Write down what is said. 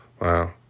Wow